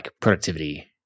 productivity